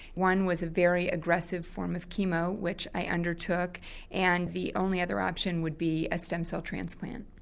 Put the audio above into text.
one was a very aggressive form of chemo which i undertook and the only other option would be a stem cell transplant.